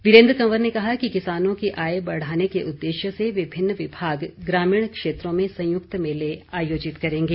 वीरेन्द्र कंवर ने कहा कि किसानों की आय बढ़ाने के उद्देश्य से विभिन्न विभाग ग्रामीण क्षेत्रों में संयुक्त मेले आयोजित करेंगे